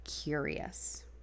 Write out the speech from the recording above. curious